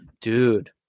dude